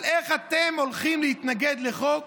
אבל איך אתם הולכים להתנגד לחוק